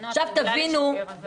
נו, את רגילה לשקר, אז זה לא שונה.